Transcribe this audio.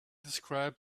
described